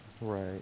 Right